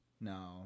no